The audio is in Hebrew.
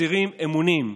מצהירים אמונים,